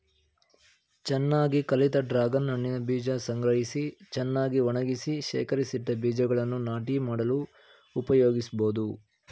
ಚೆನ್ನಾಗಿ ಕಳಿತ ಡ್ರಾಗನ್ ಹಣ್ಣಿನ ಬೀಜ ಸಂಗ್ರಹಿಸಿ ಚೆನ್ನಾಗಿ ಒಣಗಿಸಿ ಶೇಖರಿಸಿಟ್ಟ ಬೀಜಗಳನ್ನು ನಾಟಿ ಮಾಡಲು ಉಪಯೋಗಿಸ್ಬೋದು